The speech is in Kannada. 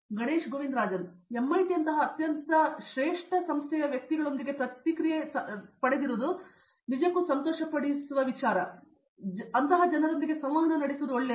ಗಣೇಶ್ ಗೋವಿಂದರಾಜನ್ ಎಮ್ಐಟಿಯಂತಹ ಅತ್ಯಂತ ಶ್ರೇಷ್ಠ ವ್ಯಕ್ತಿಗಳೊಂದಿಗೆ ಪ್ರತಿಕ್ರಿಯೆ ಸಂತೋಷಪಡಿಸುವುದು ಒಳ್ಳೆಯದು ಆ ಜನರಿಗೆ ಸಂವಹನ ನಡೆಸುವುದು ಒಳ್ಳೆಯದು